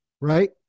right